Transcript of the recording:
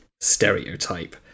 stereotype